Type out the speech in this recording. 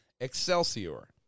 Excelsior